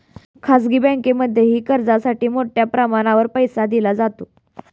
खाजगी बँकांमध्येही कर्जासाठी मोठ्या प्रमाणावर पैसा दिला जातो